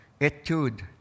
etude